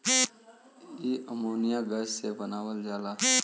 इ ammonia gas से बनावल जाला